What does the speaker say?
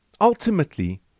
ultimately